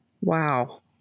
wow